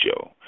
show